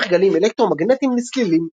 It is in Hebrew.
הופך גלים אלקטרומגנטיים לצלילים.